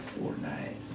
fortnight